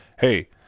hey